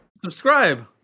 subscribe